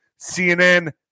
CNN